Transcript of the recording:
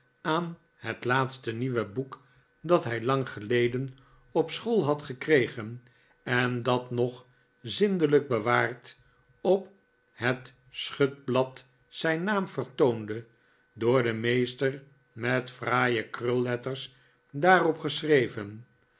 aan het laatste nieuwe boek dat hij lang geleden op school had gekregen en dat nog zindelijk bewaard op het schutblad zijn naam vertoonde door den meester met fraaie krulletters daarop geschreven